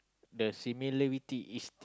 the similarity is